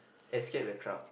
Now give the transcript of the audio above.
escape the crowd